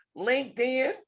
LinkedIn